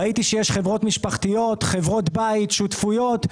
ראיתי שיש חברות משפחתיות, חברות בית, שותפויות.